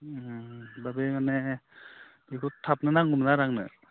बे माने बिखौ थाबनो नांगौमोन आरो आंनो